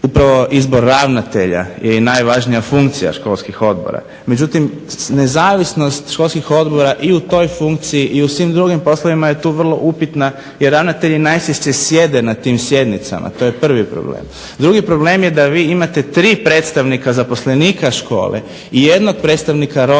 Upravo izbor ravnatelja je i najvažnija funkcija školskih odbora. Međutim, nezavisnost školskih odbora i u toj funkciji i u svim drugim poslovima je tu vrlo upitna, jer ravnatelji najčešće sjede na tim sjednicama. To je prvi problem. Drugi problem je da vi imate tri predstavnika zaposlenika škole i jednog predstavnika roditelja